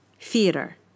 Theater